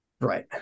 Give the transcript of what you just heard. Right